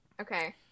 Okay